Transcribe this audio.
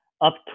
up